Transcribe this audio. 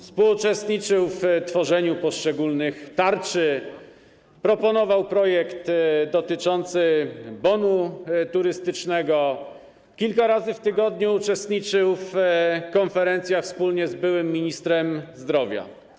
Współuczestniczył w tworzeniu poszczególnych tarcz, proponował projekt dotyczący bonu turystycznego, kilka razy w tygodniu uczestniczył w konferencjach wspólnie z byłym ministrem zdrowia.